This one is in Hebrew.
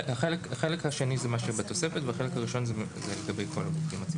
החלק השני הוא זה מה שבתוספת והחלק הראשון הוא לגבי כל הגופים עצמם.